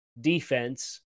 defense